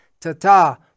Tata